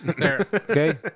Okay